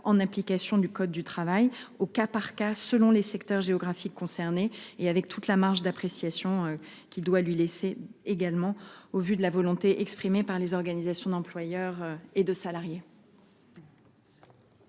en application du code du travail, au cas par cas, selon les secteurs géographiques concernés, et avec toute la marge d'appréciation nécessaire pour tenir compte de la volonté exprimée par les organisations d'employeurs et de salariés.